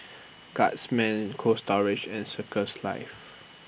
Guardsman Cold Storage and Circles Life